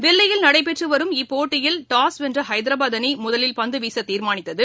தில்லியில் நடைபெற்று வரும் இப்போட்டியில் டாஸ் வென்ற ஹைதராபாத் அணி முதலில் பந்து வீச தீர்மானித்தது